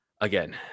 Again